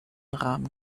rahmen